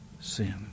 sin